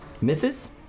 Misses